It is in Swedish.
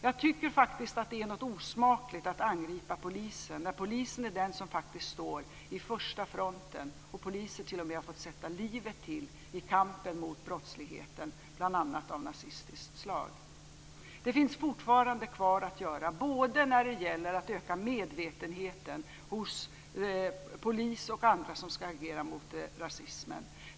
Jag tycker faktiskt att det är osmakligt att angripa polisen när polisen är den som faktiskt står i fronten och när poliser t.o.m. har fått sätta livet till i kampen mot brottslighet bl.a. av nazistiskt slag. Det finns fortfarande kvar att göra när det gäller att öka medvetenheten hos polis och andra som ska agera mot rasismen.